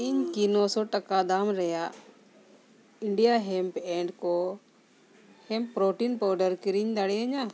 ᱤᱧ ᱠᱤ ᱱᱚᱥᱚ ᱴᱟᱠᱟ ᱫᱟᱢ ᱨᱮᱭᱟᱜ ᱤᱱᱰᱤᱭᱟ ᱦᱮᱹᱰ ᱮᱱᱰ ᱠᱳ ᱦᱮᱢ ᱯᱨᱚᱴᱤᱱ ᱯᱟᱣᱰᱟᱨ ᱠᱤᱨᱤᱧ ᱫᱟᱲᱮᱭᱟᱜᱼᱟ